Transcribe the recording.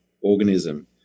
organism